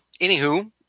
anywho